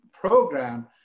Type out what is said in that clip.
program